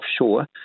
offshore